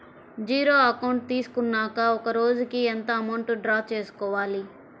Zero account తీసుకున్నాక ఒక రోజుకి ఎంత అమౌంట్ డ్రా చేసుకోవాలి?